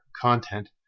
content